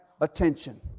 attention